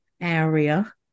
area